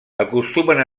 acostumen